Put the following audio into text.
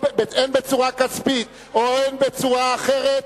בצורה כספית או בצורה אחרת,